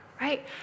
right